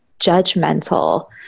judgmental